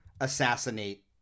assassinate